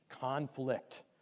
conflict